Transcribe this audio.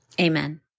amen